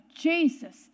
Jesus